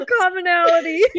commonality